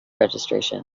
registration